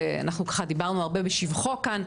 אנחנו ככה דיברנו הרבה בשבחו כאן,